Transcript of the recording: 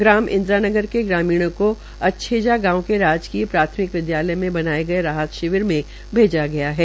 ग्राम इन्द्रानगर के ग्रामीणों को अच्छेजा गांव के राजकीय प्राथमिक विदयालय में बनाये गये राहत शिविर में भेजा गया है